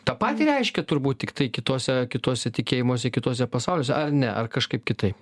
tą patį reiškia turbūt tiktai kitose kituose tikėjimuose kituose pasauliuose ar ne ar kažkaip kitaip